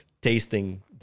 tasting